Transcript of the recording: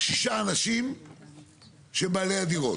אנשים שהם בעלי הדירות.